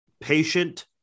patient